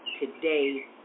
today